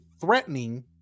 threatening